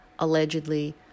allegedly